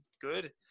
good